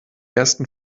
ersten